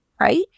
right